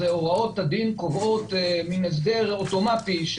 הוראות הדין קובעות הסדר אוטומטי,